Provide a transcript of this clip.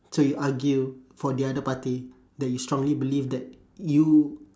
so you argue for the other party that you strongly believe that you